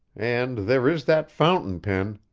and there is that fountain pen!